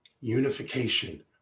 Unification